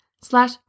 slash